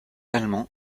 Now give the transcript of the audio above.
allemands